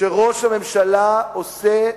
שראש הממשלה עושה